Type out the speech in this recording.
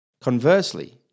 Conversely